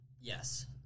yes